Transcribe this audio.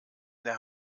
der